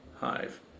hive